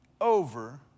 over